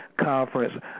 Conference